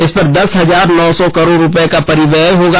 इस पर दस हजार नौ सौ करोड़ रूपए का परिव्यय होगा